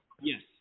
Yes